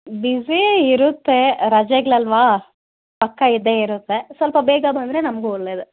busy ಇರುತ್ತೆ ರಜೆಗಳಲ್ವ ಪಕ್ಕ ಇದ್ದೇ ಇರುತ್ತೆ ಸ್ವಲ್ಪ ಬೇಗ ಬಂದರೆ ನಮಗೂ ಒಳ್ಳೇದೆ